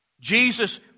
Jesus